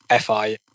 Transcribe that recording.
FI